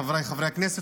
חבריי חברי הכנסת,